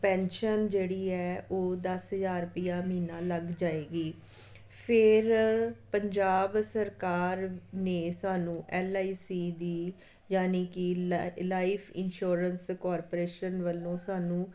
pension ਜਿਹੜੀ ਹੈ ਉਹ ਦਸ ਹਜ਼ਾਰ ਰੁਪਈਆ ਮਹੀਨਾ ਲੱਗ ਜਾਵੇਗੀ ਫਿਰ ਪੰਜਾਬ ਸਰਕਾਰ ਨੇ ਸਾਨੂੰ ਐੱਲ ਆਈ ਸੀ ਦੀ ਯਾਨੀ ਕਿ ਲਾ ਲਾਈਫ ਇੰਸ਼ੋਰੈਂਸ ਕਾਰਪੋਰੇਸ਼ਨ ਵੱਲੋਂ ਸਾਨੂੰ